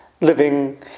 living